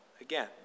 again